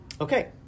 Okay